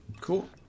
Cool